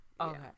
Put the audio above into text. Okay